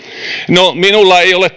no asiaa ei ole